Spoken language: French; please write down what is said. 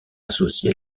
associé